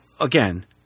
again